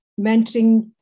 mentoring